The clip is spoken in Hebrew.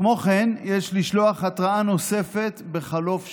כמו כן, יש לשלוח התראה נוספת בחלוף שבוע,